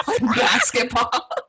basketball